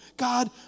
God